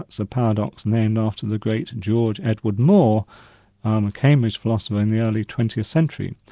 that's a paradox named after the great george edward moore, um a cambridge philosopher in the early twentieth century,